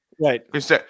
Right